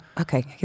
Okay